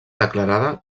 declarada